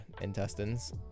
intestines